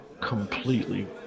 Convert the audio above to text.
completely